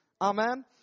Amen